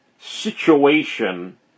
situation